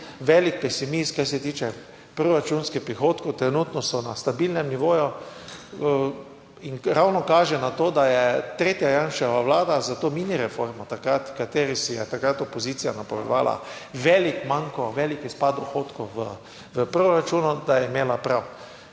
velik pesimist, kar se tiče proračunskih prihodkov. Trenutno so na stabilnem nivoju in ravno kaže na to, da je tretja Janševa vlada s to mini reformo takrat v kateri si je takrat opozicija napovedovala velik manko, velik izpad dohodkov v proračunu, da je imela prav